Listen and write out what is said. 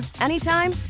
anytime